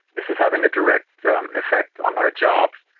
this is having a direct effect on our jobs.